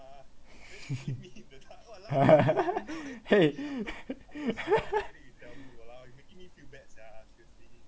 !hey!